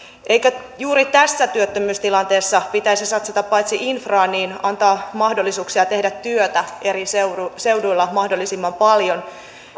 eikö juuri tässä työttömyystilanteessa pitäisi paitsi satsata infraan myös antaa mahdollisuuksia tehdä työtä eri seuduilla seuduilla mahdollisimman paljon